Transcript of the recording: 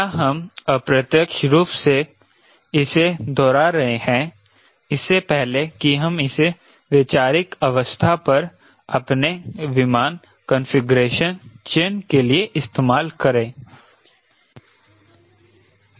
यहां हम अप्रत्यक्ष रूप से इसे दोहरा रहे हैं इससे पहले कि हम इसे वैचारिक अवस्था पर अपने विमान कॉन्फिग्रेशन चयन के लिए इस्तेमाल करें